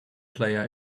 player